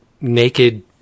naked